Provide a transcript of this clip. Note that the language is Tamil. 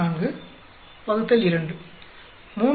4 2